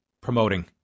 promoting